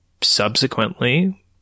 subsequently